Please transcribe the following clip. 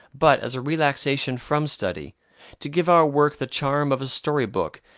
but as a relaxation from study to give our work the charm of a story-book,